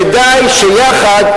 כדאי שיחד,